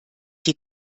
die